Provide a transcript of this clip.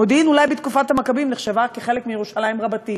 מודיעין אולי בתקופת המכבים נחשבה חלק מירושלים רבתי,